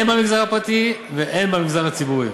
הן במגזר הפרטי והן במגזר הציבורי.